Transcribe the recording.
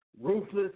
Ruthless